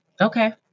Okay